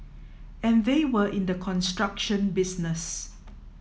and they were in the construction business